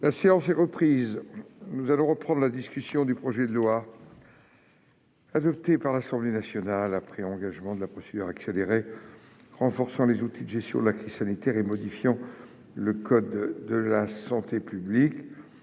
La séance est reprise. Nous reprenons la discussion du projet de loi, adopté par l'Assemblée nationale après engagement de la procédure accélérée, renforçant les outils de gestion de la crise sanitaire et modifiant le code de la santé publique.